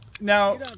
now